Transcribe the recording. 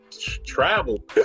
travel